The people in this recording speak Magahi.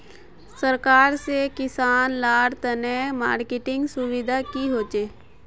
सरकार से किसान लार तने मार्केटिंग सुविधा की होचे?